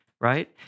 Right